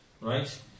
right